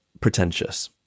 pretentious